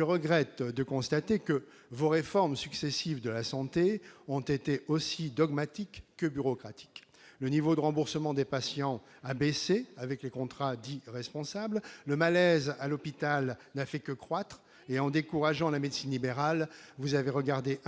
au regret de devoir constater que vos réformes successives de la santé ont été aussi dogmatiques que bureaucratiques. Le niveau de remboursement des patients a baissé avec les contrats dits « responsables ». Le malaise à l'hôpital n'a fait que croître, et en décourageant la médecine libérale, vous avez favorisé